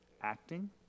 acting